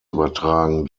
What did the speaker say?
übertragen